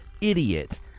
idiot